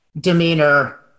demeanor